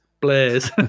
Blaze